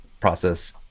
process